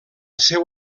seu